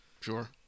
Sure